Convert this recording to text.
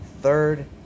third